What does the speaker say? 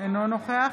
אינו נוכח